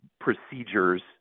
procedures